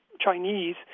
Chinese